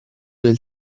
del